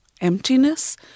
emptiness